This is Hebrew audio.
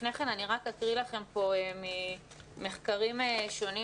לפני כן אני רק אקריא לכם ממחקרים שונים